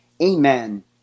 amen